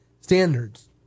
standards